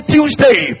Tuesday